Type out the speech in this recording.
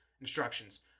instructions